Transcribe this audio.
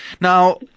Now